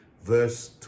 Verse